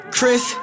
Chris